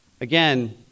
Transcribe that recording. again